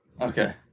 Okay